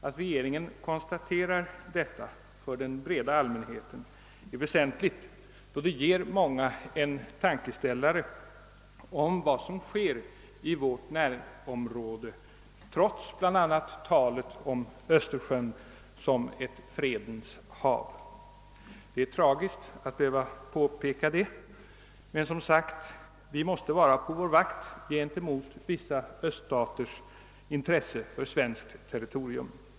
Att regeringen konstaterar detta för den breda allmänheten är väsentligt, då det ger många en tankeställare om vad som sker i vårt närområde trots bl.a. talet om Östersjön som ett fredens hav. Det är tragiskt att behöva påpeka detta, men vi måste vara på vår vakt gentemot vissa östersjöstaters intresse för svenskt territorium.